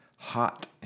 Hot